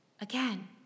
again